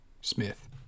Smith